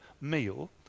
meal